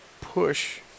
push